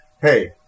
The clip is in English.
Hey